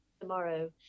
tomorrow